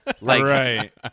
Right